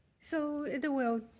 so it will